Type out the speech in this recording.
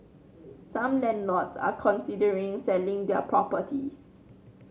some landlords are considering selling their properties